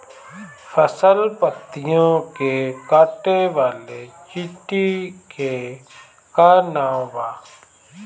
फसल पतियो के काटे वाले चिटि के का नाव बा?